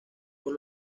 por